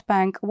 Bank